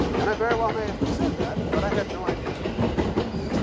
and i very well may have pursued that, but i had no idea what an engineer did.